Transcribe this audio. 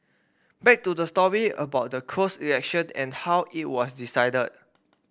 back to the story about the closed election and how it was decided